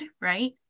right